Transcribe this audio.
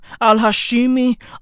al-Hashimi